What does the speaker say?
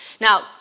Now